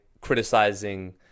criticizing